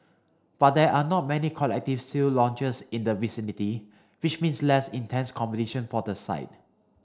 but there are not many collective sale launches in the vicinity which means less intense competition for the site